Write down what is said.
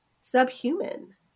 subhuman